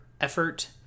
effort